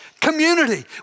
community